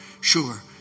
sure